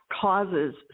causes